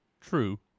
True